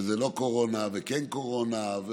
וזה לא קורונה וכן קורונה.